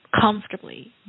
Comfortably